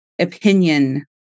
opinion